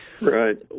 Right